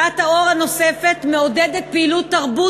שעת האור הנוספת מעודדת פעילות תרבות